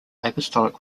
apostolic